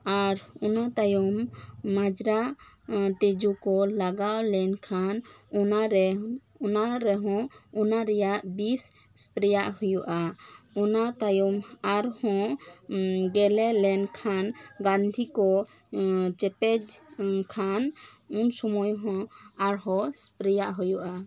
ᱟᱨ ᱚᱱᱟ ᱛᱟᱭᱚᱢ ᱢᱚᱡᱽᱨᱟ ᱛᱤᱡᱩ ᱠᱚ ᱞᱟᱜᱟᱣ ᱞᱮᱱᱠᱷᱟᱱ ᱚᱱᱟ ᱨᱮ ᱚᱱᱟ ᱨᱮᱦᱚᱸ ᱚᱱᱟ ᱨᱮᱭᱟᱜ ᱵᱤᱥ ᱥᱯᱨᱮᱭᱟᱜ ᱦᱩᱭᱩᱜᱼᱟ ᱚᱱᱟ ᱛᱟᱭᱚᱢ ᱟᱨᱦᱚᱸ ᱜᱮᱞᱮ ᱞᱮᱱᱠᱷᱟᱱ ᱵᱟᱝᱴᱷᱤᱠ ᱠᱚ ᱪᱮᱯᱮᱡ ᱠᱷᱟᱱ ᱩᱱ ᱥᱚᱢᱚᱭ ᱦᱚᱸ ᱟᱨᱦᱚᱸ ᱥᱯᱨᱮᱭᱟᱜ ᱦᱩᱭᱩᱜᱼᱟ